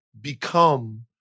become